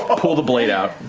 ah pull the blade out.